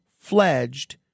fledged